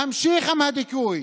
להמשיך עם הדיכוי,